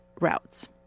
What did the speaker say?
routes